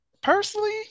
personally